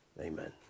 Amen